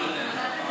גפני, אל תזלזל.